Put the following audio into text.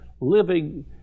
living